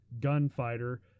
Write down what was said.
gunfighter